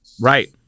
Right